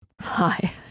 Hi